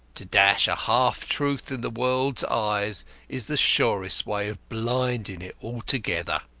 to dash a half-truth in the world's eyes is the surest way of blinding it altogether.